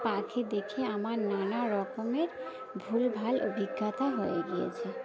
পাখি দেখে আমার নানা রকমের ভুলভাল অভিজ্ঞতা হয়ে গিয়েছে